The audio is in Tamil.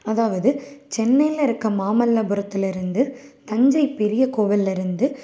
அதாவது சென்னையில் இருக்க மாமல்லபுரத்துலேருந்து தஞ்சை பெரிய கோவில்லேருந்து